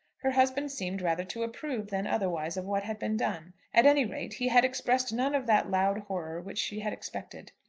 her husband seemed rather to approve than otherwise of what had been done. at any rate, he had expressed none of that loud horror which she had expected.